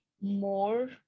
more